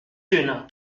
dunes